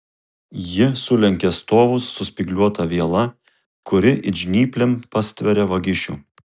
ji sulenkia stovus su spygliuota viela kuri it žnyplėm pastveria vagišių